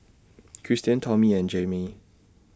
Christen Tommy and Jayme